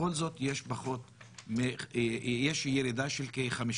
בכל זאת יש ירידה של כ-50%.